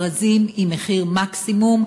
מכרזים עם מחיר מקסימום,